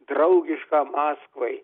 draugišką maskvai